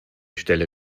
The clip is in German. stelle